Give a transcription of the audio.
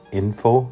info